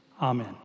amen